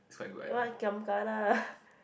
what giam kana